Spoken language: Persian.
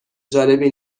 جالبی